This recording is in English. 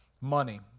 money